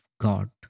God